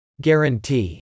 Guarantee